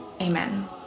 Amen